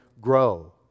grow